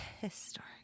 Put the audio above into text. historic